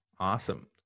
Awesome